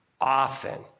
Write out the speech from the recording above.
often